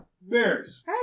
bears